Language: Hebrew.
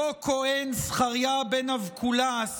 אותו כהן זכריה בן אבקולס